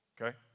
Okay